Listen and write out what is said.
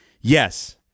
Yes